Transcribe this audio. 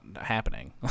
happening